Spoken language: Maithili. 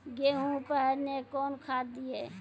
गेहूँ पहने कौन खाद दिए?